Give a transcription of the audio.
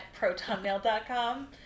protonmail.com